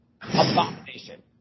Abomination